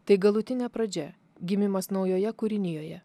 tai galutinė pradžia gimimas naujoje kūrinijoje